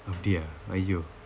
அப்படியா:appadiyaa !aiyo!